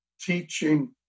teaching